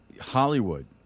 Hollywood